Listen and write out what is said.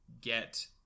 get